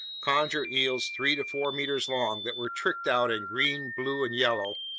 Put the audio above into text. conger eels three to four meters long that were tricked out in green, blue, and yellow,